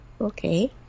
okay